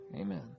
Amen